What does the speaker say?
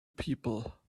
people